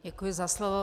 Děkuji za slovo.